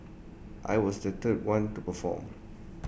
I was the third one to perform